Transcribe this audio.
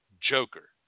Joker